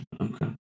okay